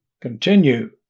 continue